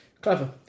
Clever